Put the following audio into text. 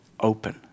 open